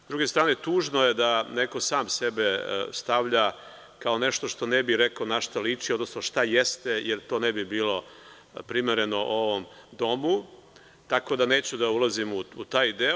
Sa druge strane, tužno je da neko sam sebe stavlja kao nešto što ne bi rekao na šta liči, odnosno šta jeste, jer to ne bi bilo primereno ovom domu, tako da neću da ulazim u taj deo.